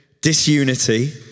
disunity